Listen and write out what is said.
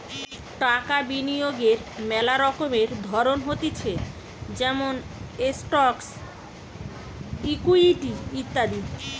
টাকা বিনিয়োগের মেলা রকমের ধরণ হতিছে যেমন স্টকস, ইকুইটি ইত্যাদি